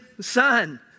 son